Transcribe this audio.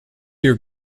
your